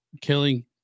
killing